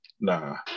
nah